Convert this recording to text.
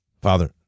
Father